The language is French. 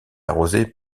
arrosée